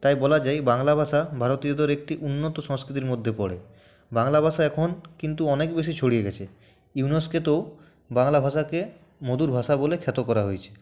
তাই বলা যায় বাংলা ভাষা ভারতীয়দের একটা উন্নত সংস্কৃতির মধ্যে পড়ে বাংলা ভাষা এখন কিন্তু এখন অনেক বেশি ছড়িয়ে গেছে ইউনেস্কোতেও বাংলা ভাষাকে মধুর ভাষা বলে খ্যাত করা হয়েছে